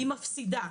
היא מפסידה.